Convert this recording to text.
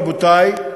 רבותי,